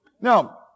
Now